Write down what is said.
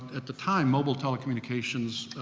at the time mobile telecommunications,